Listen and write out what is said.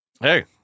Hey